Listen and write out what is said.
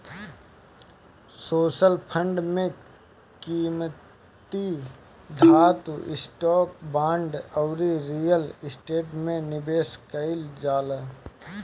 social fund में कीमती धातु, स्टॉक, बांड अउरी रियल स्टेट में निवेश कईल जाला